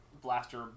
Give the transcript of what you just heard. blaster